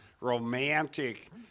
romantic